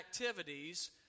activities